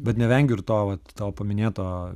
bet nevengiu ir to vat tavo paminėto